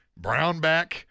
Brownback